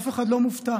אף אחד לא מופתע,